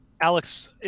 Alex